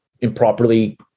improperly